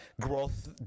growth